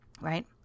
right